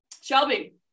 Shelby